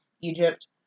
Egypt